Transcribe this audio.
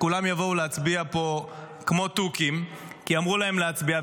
כולם יבואו להצביע פה כמו תוכים כי אמרו להם להצביע,